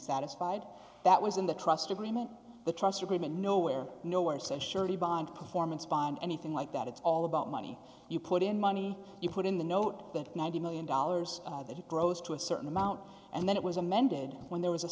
satisfied that was in the trust agreement the trust agreement nowhere nowhere says surety bond performance bond anything like that it's all about money you put in money you put in the note that ninety million dollars that it grows to a certain amount and then it was amended when there was a